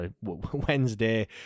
Wednesday